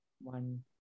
one